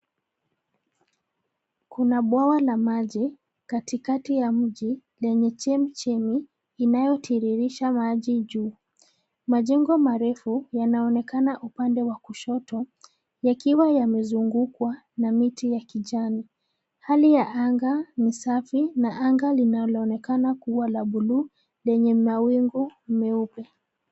Kuna bwawa la maji katikati ya mji lenye chemichemi inayotiririsha maji juu. Majengo marefu yanaonekana upande wa kushoto yakiwa yamezungukwa na miti ya kijani. Hali ya anga ni safi na anga linaloonekana kua la bluu lenye mawingu meupe.